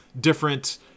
different